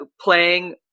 playing